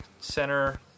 center